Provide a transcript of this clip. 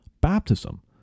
baptism